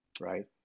right